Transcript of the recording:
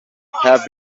have